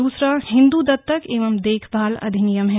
दूसरा हिन्दू दत्तक एवं देखभाल अधिनियम है